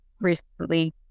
recently